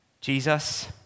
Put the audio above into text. Jesus